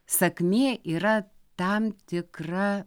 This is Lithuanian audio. sakmė yra tam tikra